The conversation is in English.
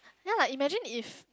ya lah imagine if